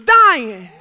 dying